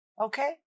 Okay